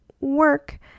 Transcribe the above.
work